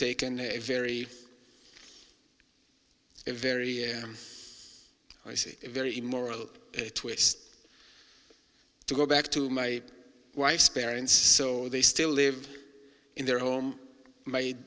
taken a very very icy very moral twist to go back to my wife's parents so they still live in their home my